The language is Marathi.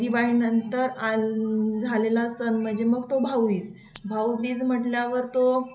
दिवाळीनंतर आ झालेला सण म्हणजे मग तो भाऊबीज भाऊबीज म्हटल्यावर तो